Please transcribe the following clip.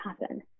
happen